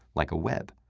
like a web.